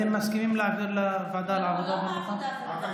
אתם מסכימים להעביר לוועדת העבודה והרווחה?